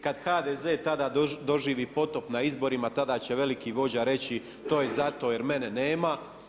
Kad HDZ, tada doživi potop na izborima, tada će veliki vođa reći, to je zato jer mene nema.